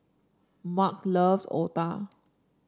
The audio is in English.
Marge loves otah